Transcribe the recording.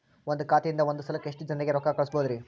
ಒಂದ್ ಖಾತೆಯಿಂದ, ಒಂದ್ ಸಲಕ್ಕ ಎಷ್ಟ ಜನರಿಗೆ ರೊಕ್ಕ ಕಳಸಬಹುದ್ರಿ?